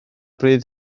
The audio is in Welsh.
bryd